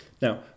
Now